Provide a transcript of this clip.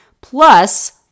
Plus